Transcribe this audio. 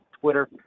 Twitter